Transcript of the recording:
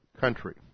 country